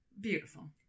beautiful